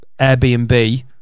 Airbnb